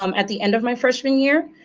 um at the end of my freshman year,